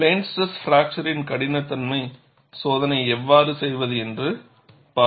plane stress fracture கடினத்தன்மை சோதனை எவ்வாறு செய்வது என்று பார்ப்போம்